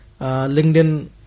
LinkedIn